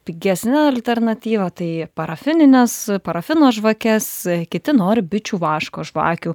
pigesnę alternatyvą tai parafinines parafino žvakes kiti nori bičių vaško žvakių